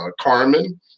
Carmen